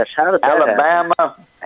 Alabama